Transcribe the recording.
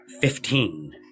Fifteen